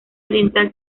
oriental